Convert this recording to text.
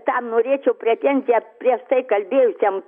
tam norėčiau pretenziją prieš tai kalbėjusiam